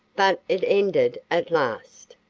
but it ended at last.